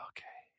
Okay